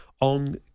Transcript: on